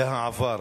מהעבר.